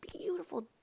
beautiful